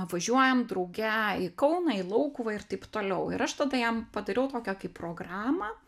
važiuojam drauge į kauną į laukuvą ir taip toliau ir aš tada jiem padariau tokią kaip programą